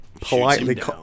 politely